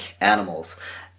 animals